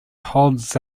holds